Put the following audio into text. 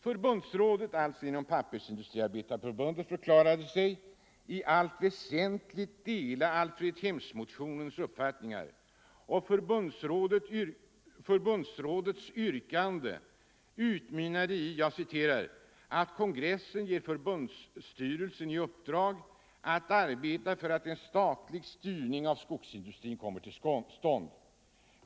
Förbundsrådet inom Pappersindustriarbetareförbundet förklarade sig ”i allt väsentligt” dela Alfredshemsmotionens uppfattningar, och förbundsrådets yrkande utmynnade i ”att kongressen ger förbundsstyrelsen i uppdrag att arbeta för att en statlig styrning av skogsindustrin kommer till stånd”.